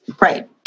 Right